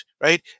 right